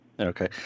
Okay